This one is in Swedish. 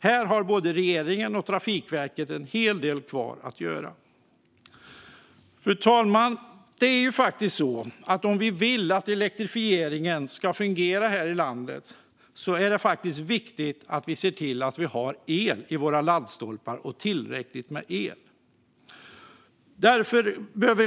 Här har både regeringen och Trafikverket en hel del kvar att göra. Om vi vill att elektrifieringen ska fungera här i landet måste vi se till att ha el i laddstolparna och att vi har tillräckligt med el.